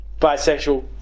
bisexual